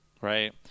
right